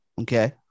Okay